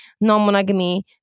non-monogamy